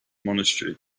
monastery